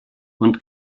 und